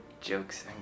jokes